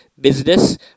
business